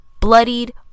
bloodied